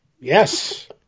Yes